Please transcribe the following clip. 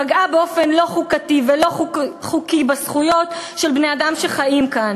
פגעה באופן לא חוקתי ולא חוקי בזכויות של בני-אדם שחיים כאן.